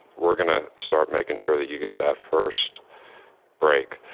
we're gonna start making sure that you get that first break,